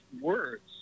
words